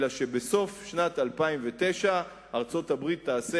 אלא שבסוף שנת 2009 ארצות-הברית תעשה